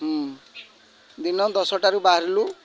ଦିନ ଦଶଟାରୁ ବାହାରିଲୁ